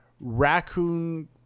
raccoon